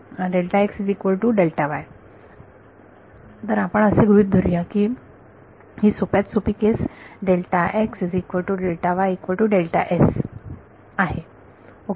तर आपण असे गृहीत धर या की ही सोप्यात सोपी केस आहे ओके